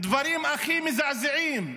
דברים הכי מזעזעים,